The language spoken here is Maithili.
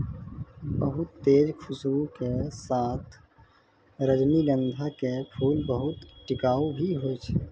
बहुत तेज खूशबू के साथॅ रजनीगंधा के फूल बहुत टिकाऊ भी हौय छै